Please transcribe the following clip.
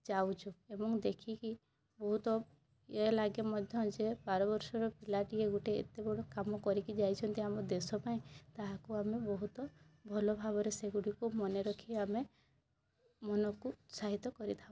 ଯାଉଛୁ ଏବଂ ଦେଖିକି ବହୁତ ଇଏ ଲାଗେ ମଧ୍ୟ ଯେ ବାର ବର୍ଷ ର ପିଲାଟିଏ ଗୋଟେ ଏତେ ବଡ଼ କାମ କରିକି ଯାଇଛନ୍ତି ଆମ ଦେଶ ପାଇଁ ତାହାକୁ ଆମେ ବହୁତ ଭଲ ଭାବରେ ସେ ଗୁଡ଼ିକୁ ମନେ ରଖି ଆମେ ମନକୁ ଉତ୍ସାହିତ କରିଥାଉ